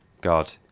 god